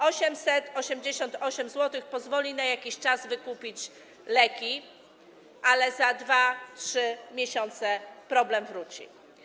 888 zł pozwoli na jakiś czas wykupić leki, ale za 2–3 miesiące problem wróci.